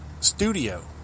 studio